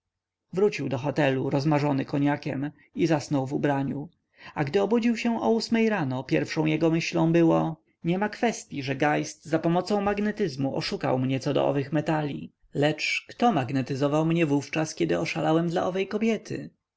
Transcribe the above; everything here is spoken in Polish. wrócił do hotelu rozmarzony koniakiem i zasnął w ubraniu a gdy obudził się o ósmej rano pierwszą jego myślą było niema kwestyi że geist zapomocą magnetyzmu oszukał mnie co do owych metali lecz kto magnetyzował mnie wówczas kiedy oszalałem dla tej kobiety